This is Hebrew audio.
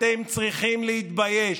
אתם צריכים להתבייש.